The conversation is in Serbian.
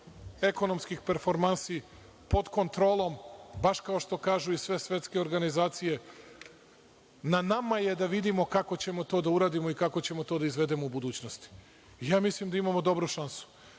ekonomskih performansi pod kontrolom, baš kao što kažu i sve svetske organizacije. Na nama je da vidimo kako ćemo to da uradimo i kako ćemo to da izvedemo u budućnosti. Mislim da imamo dobru šansu. Što